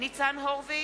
ניצן הורוביץ,